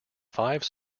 five